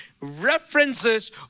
references